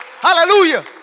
Hallelujah